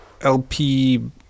LP